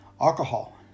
alcohol